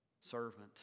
servant